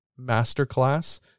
masterclass